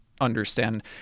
understand